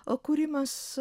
o kūrimas